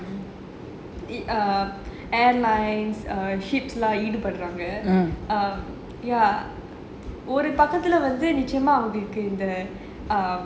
err airlines err ships lah ஈடுபடுறாங்க ஒருகட்டத்துல வந்து நிச்சயமா வந்து இந்த:eedupaduraanga orukattathula vanthu nichayamaa vanthu intha